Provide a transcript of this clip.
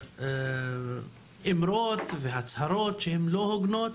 אמרות והצהרות לא הוגנות